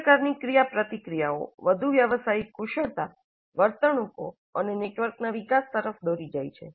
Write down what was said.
આ પ્રકારની ક્રિયાપ્રતિક્રિયાઓ વધુ વ્યાવસાયિક કુશળતા વર્તણૂકો અને નેટવર્કના વિકાસ તરફ દોરી જાય છે